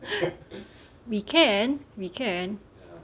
we can we can